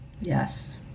Yes